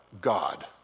God